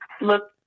look